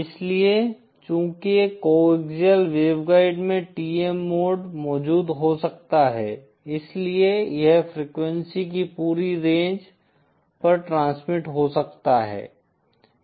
इसलिए चूंकि एक कोएक्सिअल वेवगाइड में TM मोड मौजूद हो सकता है इसलिए यह फ्रीक्वेंसी की पूरी रेंज पर ट्रांसमिट हो सकता है